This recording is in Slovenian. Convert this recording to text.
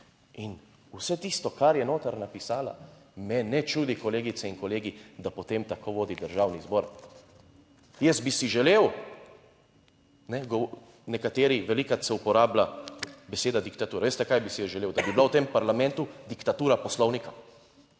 In vse tisto, kar je noter napisala, me ne čudi, kolegice in kolegi, da potem tako vodi Državni zbor. Jaz bi si želel, nekateri, velikokrat se uporablja beseda diktatura, veste kaj bi si želel, da bi bila v tem parlamentu diktatura poslovnika,